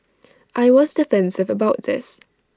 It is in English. I was defensive about this